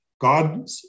God